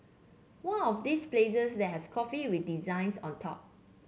one of this places that has coffee with designs on top